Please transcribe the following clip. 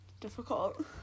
difficult